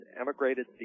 emigrated